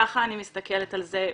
ככה אני מסתכלת על זה.